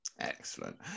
Excellent